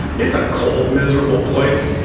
it's a cold, miserable place.